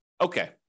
okay